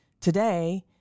today